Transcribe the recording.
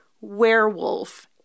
werewolf